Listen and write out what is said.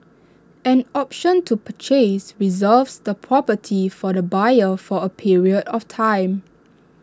an option to purchase reserves the property for the buyer for A period of time